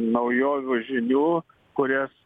naujovių žinių kurias